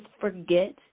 forget